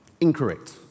Incorrect